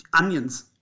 onions